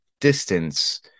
distance